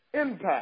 impact